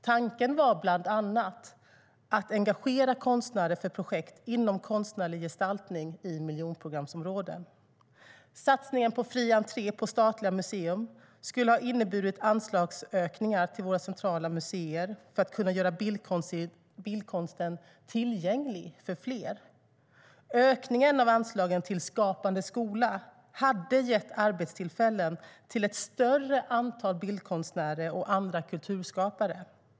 Tanken var bland annat att engagera konstnärer för projekt inom konstnärlig gestaltning i miljonprogramsområdena. Satsningen på fri entré på statliga museer skulle ha inneburit anslagsökningar till våra centrala museer för att kunna göra bildkonsten tillgänglig för fler. Ökningen av anslagen till Skapande skola hade gett arbetstillfällen till ett större antal bildkonstnärer och andra kulturskapare.